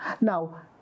Now